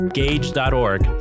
gage.org